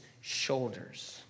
shoulders